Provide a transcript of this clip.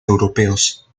europeos